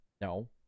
No